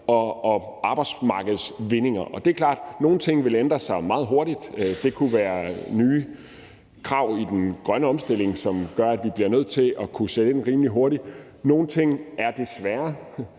og arbejdsmarkedsvindinger. Det er klart, at nogle ting vil ændre sig meget hurtigt. Det kunne være nye krav i den grønne omstilling, som gør, at vi bliver nødt til at kunne sætte ind rimelig hurtigt. Nogle ting er desværre